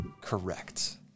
Correct